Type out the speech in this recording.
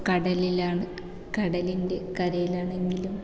കടലിലാണ് കടലിൻ്റെ കരയിലാണെങ്കിലും